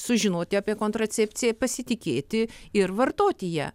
sužinoti apie kontracepciją pasitikėti ir vartoti ją